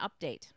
update